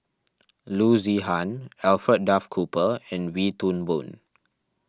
Loo Zihan Alfred Duff Cooper and Wee Toon Boon